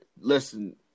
listen